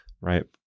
right